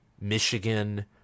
Michigan